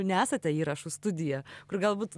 nesate įrašų studija kur galbūt